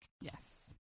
Yes